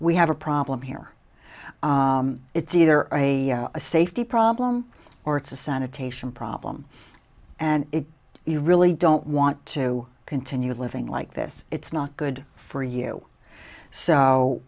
we have a problem here it's either a safety problem or it's a sanitation problem and it is really don't want to continue living like this it's not good for you so